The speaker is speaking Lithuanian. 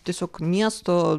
tiesiog miesto